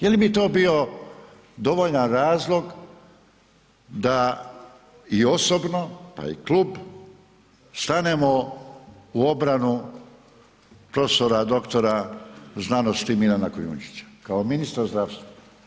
Jel bi to bio dovoljan razlog da i osobno pa i klub stanemo u obranu profesora, doktora znanosti Milana Kujundžića kao ministra zdravstva?